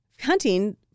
hunting